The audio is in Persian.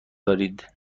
دارید